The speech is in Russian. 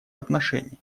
отношений